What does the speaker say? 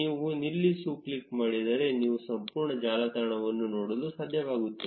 ನೀವು ನಿಲ್ಲಿಸು ಕ್ಲಿಕ್ ಮಾಡಿದರೆ ನೀವು ಸಂಪೂರ್ಣ ಜಾಲತಾಣವನ್ನು ನೋಡಲು ಸಾಧ್ಯವಾಗುತ್ತದೆ